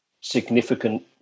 significant